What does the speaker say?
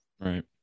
Right